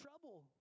trouble